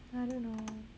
I don't know